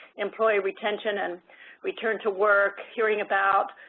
employee retention and return to work, hearing about,